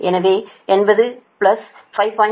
எனவே 80 5